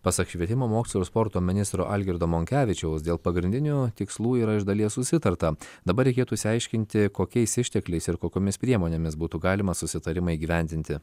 pasak švietimo mokslo ir sporto ministro algirdo monkevičiaus dėl pagrindinių tikslų yra iš dalies susitarta dabar reikėtų išsiaiškinti kokiais ištekliais ir kokiomis priemonėmis būtų galima susitarimą įgyvendinti